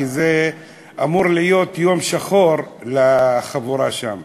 כי זה אמור להיות יום שחור לחבורה שם.